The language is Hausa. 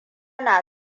na